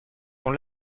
dont